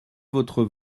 votre